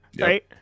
right